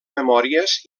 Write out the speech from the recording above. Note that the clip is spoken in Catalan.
memòries